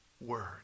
word